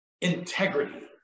integrity